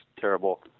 terrible